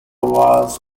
was